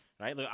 Right